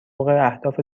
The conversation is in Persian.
اهداف